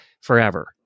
forever